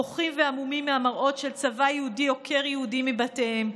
בוכים והמומים מהמראות של צבא יהודי עוקר יהודים מבתיהם.